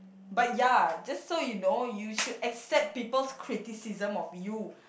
but ya just so you know you should accept people's criticism of you